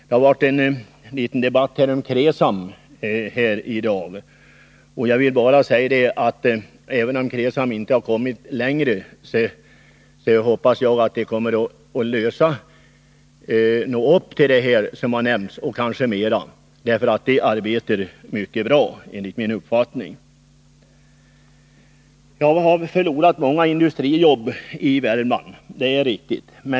Det har varit en liten debatt om KRESAM här i dag. Jag vill bara tillägga att även om KRESAM inte har kommit så långt så hoppas jag att man kommer att nå de resultat som har förutsatts, kanske mera. Enligt min uppfattning arbetar gruppen mycket bra. Vi har förlorat många industrijobb i Värmland, det är riktigt.